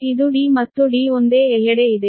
ಇದು d ಮತ್ತು d ಒಂದೇ ಎಲ್ಲೆಡೆ ಇದೆ